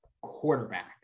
quarterback